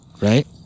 Right